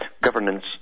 Governance